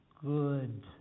good